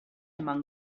among